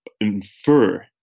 infer